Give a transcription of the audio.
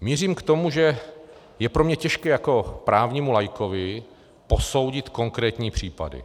Mířím k tomu, že je pro mě těžké jako právnímu laikovi posoudit konkrétní případy.